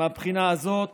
מהבחינה הזאת